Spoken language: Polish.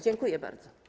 Dziękuję bardzo.